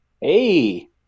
Hey